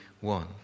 One